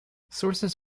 sources